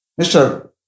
Mr